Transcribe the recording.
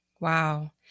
Wow